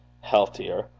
Healthier